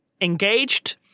engaged